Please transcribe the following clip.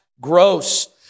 gross